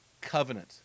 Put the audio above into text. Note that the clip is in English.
covenant